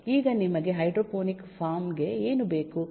ಈಗ ನಿಮಗೆ hydroponic farm ಗೆ ಏನು ಬೇಕು